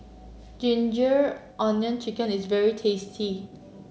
ginger onion chicken is very tasty